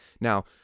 Now